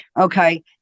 Okay